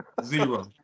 Zero